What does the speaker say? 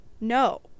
no